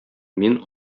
мин